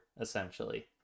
essentially